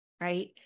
right